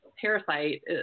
parasite